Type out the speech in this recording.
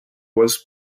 was